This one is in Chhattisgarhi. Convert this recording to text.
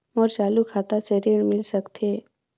मोर चालू खाता से ऋण मिल सकथे?